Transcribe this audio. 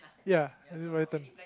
ya Enid-Blyton